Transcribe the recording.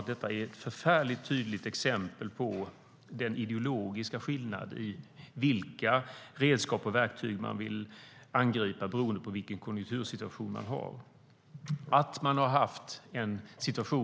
Detta är ett förfärligt tydligt exempel på den ideologiska skillnad i vilka redskap och verktyg man vill angripa beroende på konjunktursituationen.